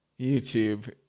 youtube